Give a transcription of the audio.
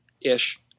ish